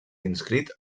inscrit